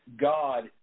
God